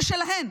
זה שלהן.